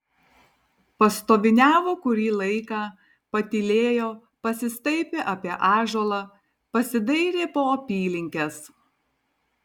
pastoviniavo kurį laiką patylėjo pasistaipė apie ąžuolą pasidairė po apylinkes